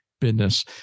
business